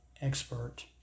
expert